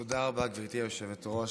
תודה, גברתי היושבת-ראש.